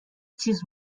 چیز